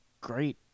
great